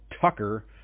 Tucker